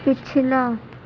پچھلا